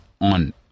on